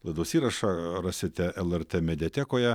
laidos įrašą rasite lrt mediatekoje